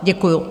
Děkuju.